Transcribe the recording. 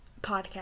podcast